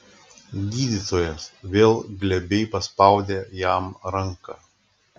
gydytojas vėl glebiai paspaudė jam ranką